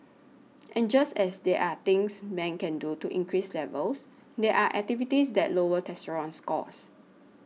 and just as there are things men can do to increase levels there are activities that lower testosterone scores